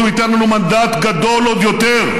הוא ייתן לנו מנדט גדול עוד יותר.